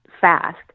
fast